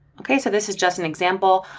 okay, so this is just an example,